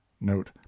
note